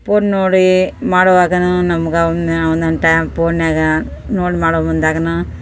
phone ನೋಡಿ ಮಾಡೋವಾಗಲೂ ನಮ್ಗೆ ಅವನ್ನು ಒನ್ನೊಂದು ಟೈಮ್ ಪೋನ್ನಲ್ಲಿ ನೋಡಿ ಮಾಡೋ ಮುಂದೆಯೂ